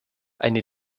eine